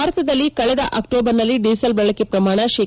ಭಾರತದಲ್ಲಿ ಕಳೆದ ಅಕ್ಸೋಬರ್ನಲ್ಲಿ ಡೀಸೆಲ್ ಬಳಕೆಯ ಪ್ರಮಾಣ ಶೇ